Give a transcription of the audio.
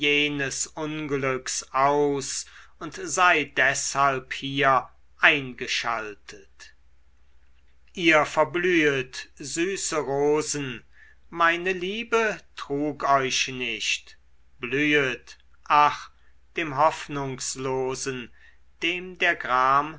aus und sei deshalb hier eingeschaltet ihr verblühet süße rosen meine liebe trug euch nicht blühtet ach dem hoffnungslosen dem der gram